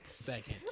second